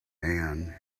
ann